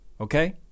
Okay